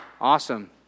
Awesome